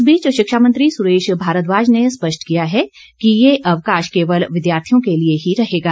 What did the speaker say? इस बीच शिक्षा मंत्री सुरेश भारद्वाज ने स्पष्ट किया है कि ये अवकाश केवल विद्यार्थियों के लिए ही रहेगा